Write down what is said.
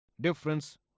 difference